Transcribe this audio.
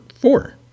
four